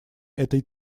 этой